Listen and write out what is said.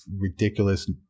ridiculous